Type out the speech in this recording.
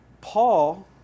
Paul